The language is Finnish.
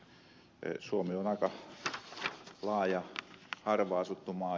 suomi on aika laaja harvaanasuttu maa